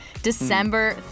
December